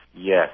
yes